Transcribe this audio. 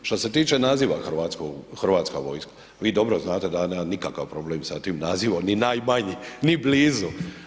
Što se tiče naziva Hrvatska vojska, vi dobro znate da ja nema nikakav problem sa tim nazivom, ni najmanji, ni blizu.